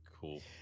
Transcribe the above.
Cool